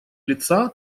лица